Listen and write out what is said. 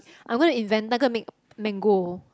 I'm gonna invent that gonna make mango